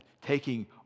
taking